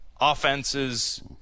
offenses